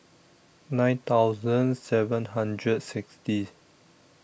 nine thousand seven hundred sixty